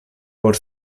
por